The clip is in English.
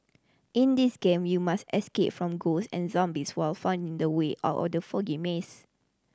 in this game you must escape from ghost and zombies while finding the way out of the foggy maze